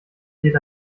geht